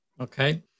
Okay